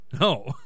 No